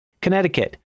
Connecticut